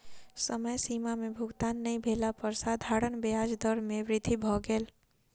समय सीमा में भुगतान नै भेला पर साधारण ब्याज दर में वृद्धि भ गेल